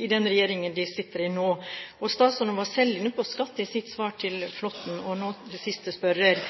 i den regjeringen de sitter i nå. Statsråden var selv inne på skatt i sitt svar til Flåtten og nå til siste spørrer.